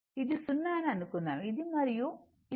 ఇది 0 అని అనుకుందాం ఇది మరియు ఇది చూడండి స మయం 2422 ఇది 2π